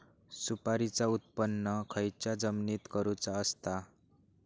सुपारीचा उत्त्पन खयच्या जमिनीत करूचा असता?